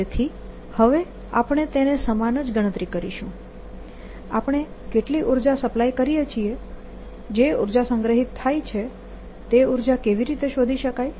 તેથી હવે આપણે તેને સમાન જ ગણતરી કરીશું આપણે કેટલી ઉર્જા સપ્લાય કરીએ છીએ જે ઉર્જા સંગ્રહિત થાય છે અને તે ઉર્જા કેવી રીતે શોધી શકાય